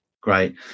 Great